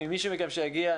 אם מישהו מכם שהגיע,